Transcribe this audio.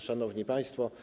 Szanowni Państwo!